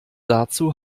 dazu